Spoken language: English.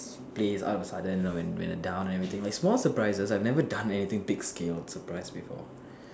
place out of a sudden like when when I'm down and everything like small surprises I've never done anything big scaled surprise before